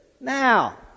Now